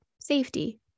Safety